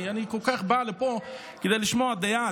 אני בא לפה כדי לשמוע דעה,